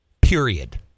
Period